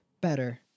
better